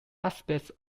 aspects